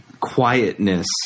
quietness